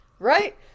Right